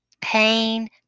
pain